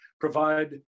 provide